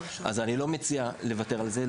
אז אני לא מציע לוותר על זה,